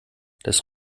das